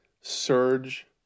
surge